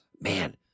Man